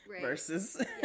versus